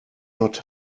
not